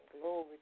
Glory